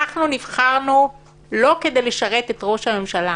אנחנו נבחרנו לא כדי לשרת את ראש הממשלה,